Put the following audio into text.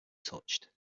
touched